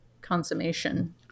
consummation